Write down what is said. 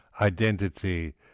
identity